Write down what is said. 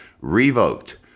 revoked